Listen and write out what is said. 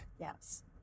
Yes